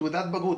תעודת בגרות,